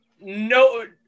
no